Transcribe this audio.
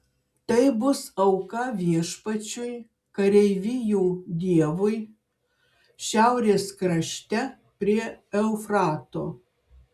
tai bus auka viešpačiui kareivijų dievui šiaurės krašte prie eufrato